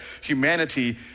humanity